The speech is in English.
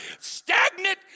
stagnant